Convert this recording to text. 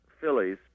Phillies